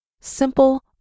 Simple